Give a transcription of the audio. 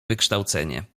wykształcenie